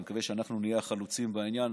אני מקווה שאנחנו נהיה החלוצים בעניין,